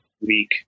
week